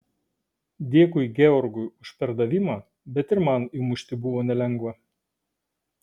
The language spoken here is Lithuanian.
dėkui georgui už perdavimą bet ir man įmušti buvo nelengva